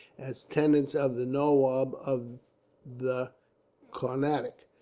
as tenants of the nawab of the carnatic,